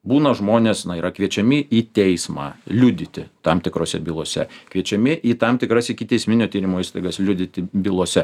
būna žmonės yra kviečiami į teismą liudyti tam tikrose bylose kviečiami į tam tikras ikiteisminio tyrimo įstaigas liudyti bylose